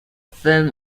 film